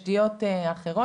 ט"ז בשבט תשפ"ב.